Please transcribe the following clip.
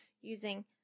using